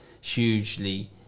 hugely